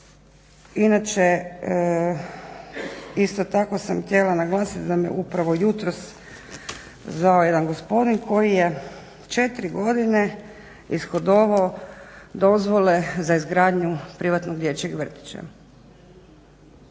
Inače isto tako sam htjela naglasiti da me upravo jutros zvao jedan gospodin koji je četiri godine ishodovao dozvole za izgradnju privatnog dječjeg vrtića